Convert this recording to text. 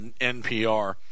NPR